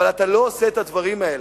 אבל אתה לא עושה את הדברים האלה.